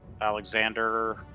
Alexander